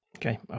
Okay